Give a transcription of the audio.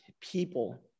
people